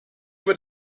wird